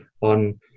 on